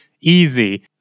easy